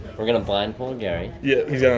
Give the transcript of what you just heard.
we're gonna blindfold gary. yeah he's yeah